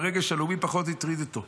הרגש הלאומי פחות הטריד אותו,